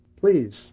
please